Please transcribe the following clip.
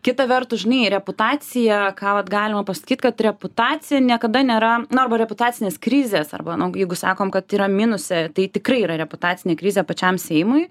kita vertus žinai reputacija ką vat galima pasakyt kad reputacija niekada nėra na arba reputacinės krizės arba jeigu sakom kad yra minuse tai tikrai yra reputacinė krizė pačiam seimui